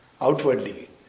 outwardly